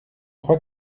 crois